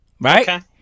right